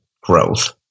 growth